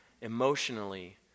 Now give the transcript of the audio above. emotionally